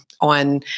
on